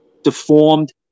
Deformed